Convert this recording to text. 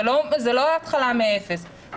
זה לא התחלה מאפס,